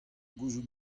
gouzout